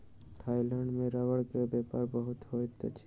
Thailand में रबड़ के व्यापार बहुत होइत अछि